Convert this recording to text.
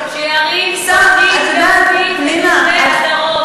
שירים תוכנית תעסוקתית לתושבי הדרום.